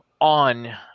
on